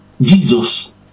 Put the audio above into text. Jesus